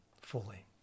fully